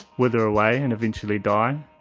wither away and eventually die.